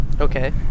Okay